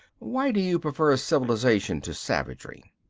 why do you prefer civilization to savagery?